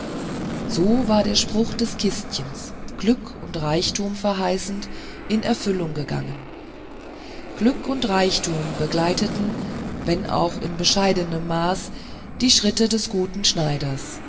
so war der spruch des kistchens glück und reichtum verheißend in erfüllung gegangen glück und reichtum begleiteten wenn auch in bescheidenem maße die schritte des guten schneiders